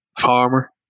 Farmer